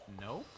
No